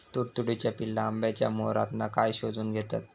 तुडतुड्याची पिल्ला आंब्याच्या मोहरातना काय शोशून घेतत?